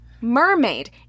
mermaid